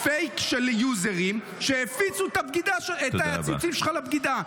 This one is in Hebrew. פייק-יוזרים שהפיצו את הציוצים שלך על הבגידה.